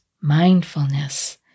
mindfulness